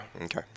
Okay